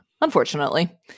unfortunately